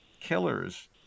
killers